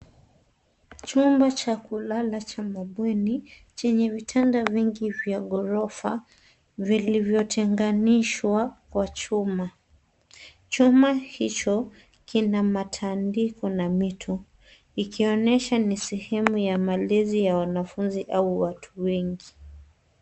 Chumba cha kulala cha mabweni chenye vitanda vingi vya gorofa vilivyotenganishwa kwa chuma. Chuma hicho kina matandiko na mito, ikionyesha ni sehemu ya malezi ya wanafunzi au watu wengi.